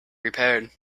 repaired